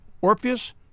Orpheus